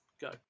Go